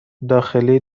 داخلی